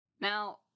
Now